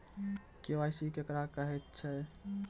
KYC केकरा कहैत छै?